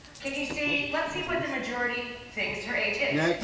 can you see, let's see what the majority thinks her age is.